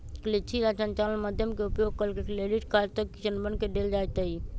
कृषि ला संचार माध्यम के उपयोग करके क्रेडिट कार्ड तक किसनवन के देवल जयते हई